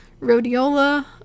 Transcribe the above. rhodiola